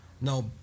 now